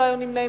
אין נמנעים.